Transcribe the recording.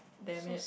damn it